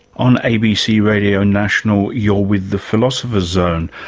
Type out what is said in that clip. on abc radio national you're with the philosopher's zone,